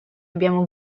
abbiamo